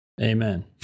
Amen